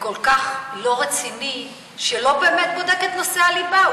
וכל כך לא רציני, ולא באמת בודק את נושאי הליבה.